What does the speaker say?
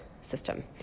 system